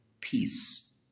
peace